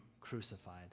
crucified